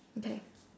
okay